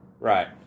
Right